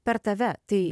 per tave tai